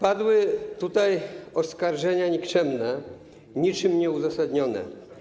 Padły tutaj oskarżenia nikczemne, niczym nieuzasadnione.